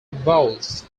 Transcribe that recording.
vowels